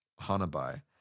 Hanabi